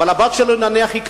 אבל הבת שלו היא קטינה,